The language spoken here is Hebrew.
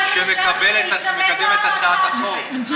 שמקדם את הצעת החוק.